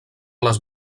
les